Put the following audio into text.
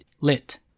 lit